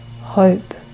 hope